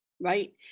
Right